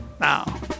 Now